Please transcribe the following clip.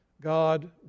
God